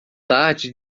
tarde